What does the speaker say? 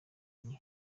igihe